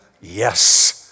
Yes